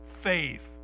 faith